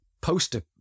poster